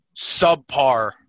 subpar